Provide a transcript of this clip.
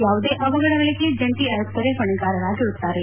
ಯಾವುದೇ ಅವಘಡಗಳಿಗೆ ಜಂಟಿ ಆಯುಕ್ತರೇ ಹೊಣೆಗಾರರಾಗಿರುತ್ತಾರೆ